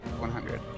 100